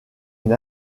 une